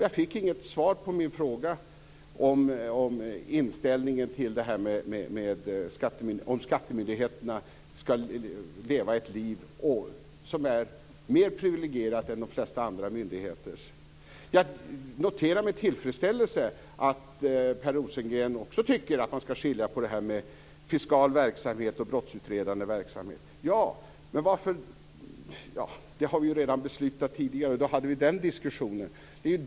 Jag fick inget svar på min fråga om inställningen till att skattemyndigheterna skall leva ett liv som är mer privilegierat än de flesta andra myndigheters. Jag noterar med tillfredsställelse att också Per Rosengren tycker att man skall skilja på fiskal verksamhet och brottsutredande verksamhet. Detta har vi redan beslutat om tidigare, och då hade vi den diskussionen.